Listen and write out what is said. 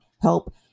help